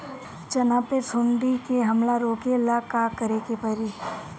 चना पर सुंडी के हमला रोके ला का करे के परी?